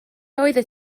oeddet